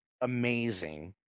amazing